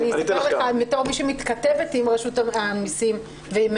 בתור מי שמתכתבת עם רשות המיסים ועם